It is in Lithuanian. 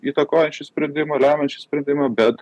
įtakoja šį sprendimą lemiančių sprendimą bet